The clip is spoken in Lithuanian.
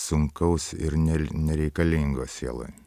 sunkaus ir nerl nereikalingo sielai